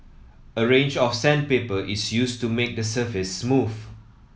a range of sandpaper is used to make the surface smooth